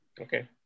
Okay